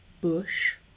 Bush